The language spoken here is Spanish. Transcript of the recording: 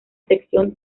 sección